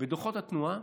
בדוחות התנועה